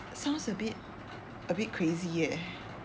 sounds a bit a bit crazy eh